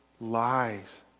lies